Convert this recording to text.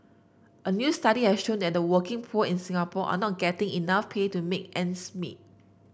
a new study has shown that the working poor in Singapore are not getting enough pay to make ends meet